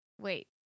Wait